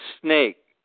snake